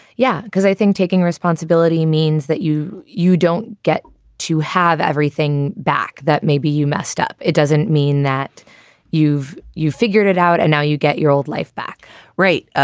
yeah. because i think taking responsibility means that you you don't get to have everything back that maybe you messed up. it doesn't mean that you've you figured it out and now you get your old life back right. ah